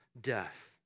death